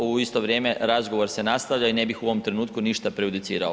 U isto vrijeme razgovor se nastavlja i ne bih u ovom trenutku ništa prejudicirao.